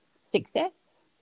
success